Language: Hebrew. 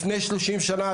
לפני שלושים שנה,